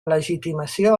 legitimació